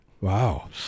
Wow